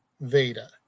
Veda